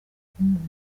kumuha